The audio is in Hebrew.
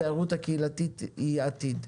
התיירות הקהילתית היא עתיד.